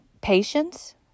patience